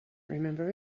remember